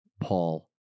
Paul